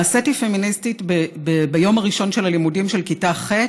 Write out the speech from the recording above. נעשיתי פמיניסטית ביום הראשון של הלימודים של כיתה ח',